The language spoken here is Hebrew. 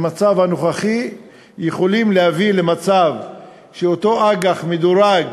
במצב הנוכחי יכולים להביא למצב שאותו אג"ח מדורג